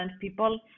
people